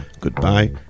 goodbye